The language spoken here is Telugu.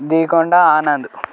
బీకొండ ఆనంద్